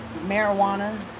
marijuana